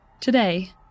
Today